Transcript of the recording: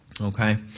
Okay